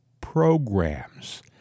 programs